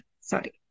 sorry